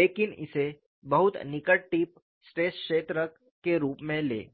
लेकिन इसे बहुत निकट टिप स्ट्रेस क्षेत्र के रूप में लें